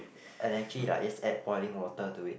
and actually like just add boiling water to it